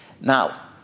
Now